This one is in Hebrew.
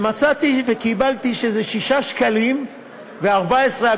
ומצאתי וקיבלתי שזה 6.14 שקלים ליום.